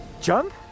Jump